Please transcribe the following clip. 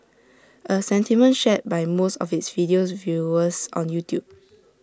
A sentiment shared by most of its video's viewers on YouTube